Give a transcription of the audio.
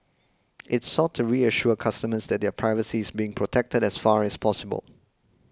it's sought to reassure customers that their privacy is being protected as far as possible